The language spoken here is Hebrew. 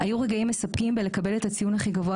היו רגעים מספקים בלקבל את הציון הכי גבוה